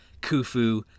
Khufu